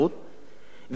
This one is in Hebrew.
וכל זה בגלל,